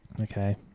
Okay